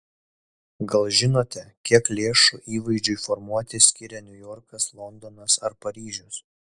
gal žinote kiek lėšų įvaizdžiui formuoti skiria niujorkas londonas ar paryžius